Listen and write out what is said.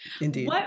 indeed